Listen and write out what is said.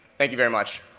thank you very much.